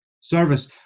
service